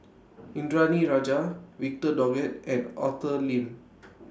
Indranee Rajah Victor Doggett and Arthur Lim